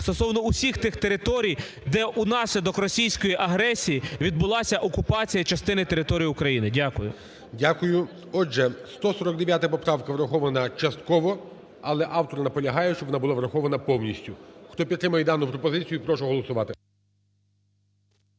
стосовно усіх тих територій, де внаслідок російської агресії відбулася окупація частини території України. Дякую. ГОЛОВУЮЧИЙ. Дякую. Отже, 149 поправка врахована частково, але автор наполягає, щоб вона була врахована повністю. Хто підтримує дану пропозицію, прошу голосувати.